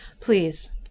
Please